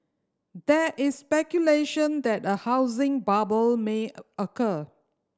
there is speculation that a housing bubble may occur